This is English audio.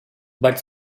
bud